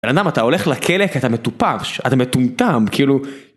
בן אדם, אתה הולך לכלא כי אתה מטופש, אתה מטומטם, כאילו...